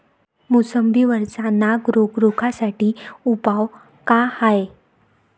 मोसंबी वरचा नाग रोग रोखा साठी उपाव का हाये?